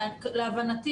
להבנתי,